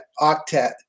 octet